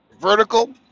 vertical